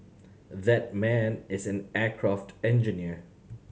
that man is an aircraft engineer